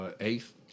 eighth